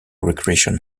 recreation